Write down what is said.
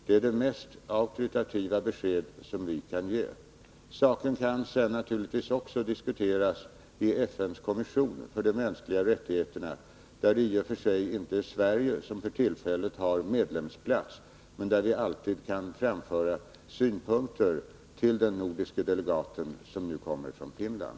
Det är det mest auktoritativa besked som vi kan ge. Saken kan naturligtvis också diskuteras i FN:s kommission för de mänskliga rättigheterna. I och för sig är det inte Sverige som för tillfället har medlemsplats där, men vi kan alltid framföra synpunkter till den nordiske delegaten, som nu kommer från Finland.